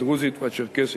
הדרוזית והצ'רקסית.